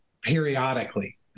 periodically